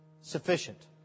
sufficient